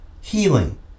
healing